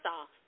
off